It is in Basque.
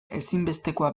ezinbestekoa